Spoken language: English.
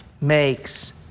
makes